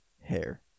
hair